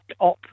up